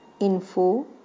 info